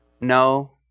No